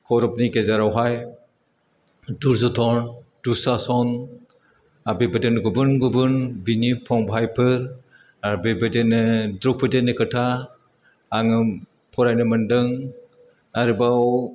कौरबनि गेजेरावहाय दुर्योधन दुर्साशन आरो बेबायदिनो गुबुन गुबुन बिनि फंबायफोर आरो बेबायदिनो द्रौपदीनि खोथा आङो फरायनो मोनदों आरोबाव